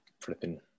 flipping